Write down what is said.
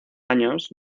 años